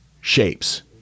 shapes